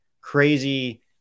crazy